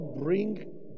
bring